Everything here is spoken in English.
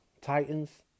Titans